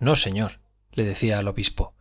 no señor le decía al obispo